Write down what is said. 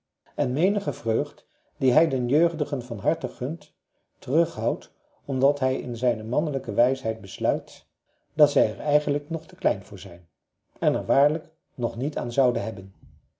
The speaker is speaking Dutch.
en menige vreugd die hij den jeugdigen van harte gunt terughoudt omdat hij in zijne mannelijke wijsheid besluit dat zij er eigenlijk nog te klein voor zijn en er waarlijk nog niet aan zouden hebben